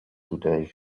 today